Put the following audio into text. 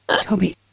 Toby